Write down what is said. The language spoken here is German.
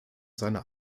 seiner